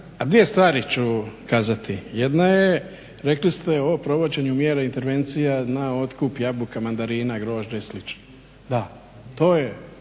a dvije stvari ću kazati, jedna je rekli ste o provođenju mjera intervencija na otkup jabuka, mandarina, grožđa i slično. Da, to je